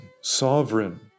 sovereign